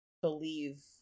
believe